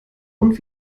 und